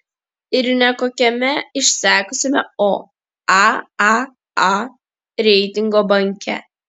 ir ne kokiame išsekusiame o aaa reitingo banke